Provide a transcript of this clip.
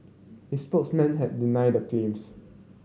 his spokesmen have denied the claims